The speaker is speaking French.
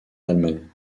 d’allemagne